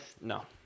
no